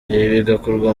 bigakorwa